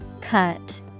Cut